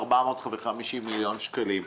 450 מיליון שקלים.